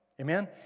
Amen